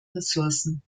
ressourcen